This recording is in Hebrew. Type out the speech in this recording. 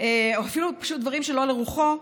או אפילו פשוט דברים שלא לרוחו,